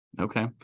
Okay